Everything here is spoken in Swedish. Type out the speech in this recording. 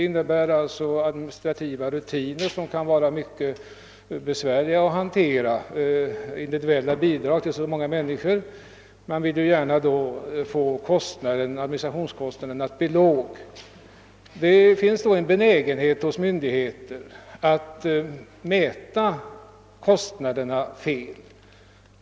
Att utge individuella bidrag till så många människor måste innebära administrativa rutiner som det kan vara besvärligt att hantera. Man strävar då efter att få administrationskostnaderna så låga som möjligt. Hos myndigheterna finns det emellertid en benägenhet att mäta kostnaderna på ett felaktigt sätt.